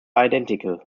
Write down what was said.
identical